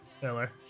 Taylor